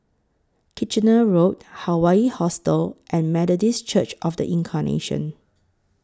Kitchener Road Hawaii Hostel and Methodist Church of The Incarnation